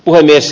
puhemies